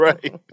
Right